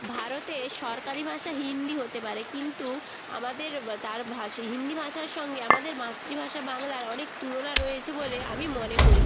ভারতে সরকারি ভাষা হিন্দি হতে পারে কিন্তু আমাদের তার ভাষা হিন্দি ভাষার সঙ্গে আমাদের মাতৃভাষা বাংলার অনেক তুলনা রয়েছে বলে আমি মনে করি